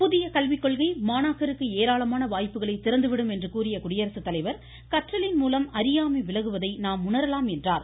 புதியகல்வி கொள்கை மாணவர்களுக்கு ஏராளமான வாய்ப்புகளை திறந்துவிடும் என்று கூறிய குடியரசு தலைவர் கற்றலின் மூலம் அறியாமை விலகுவதை நாம் உணரலாம் என்றார்